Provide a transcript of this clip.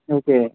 okay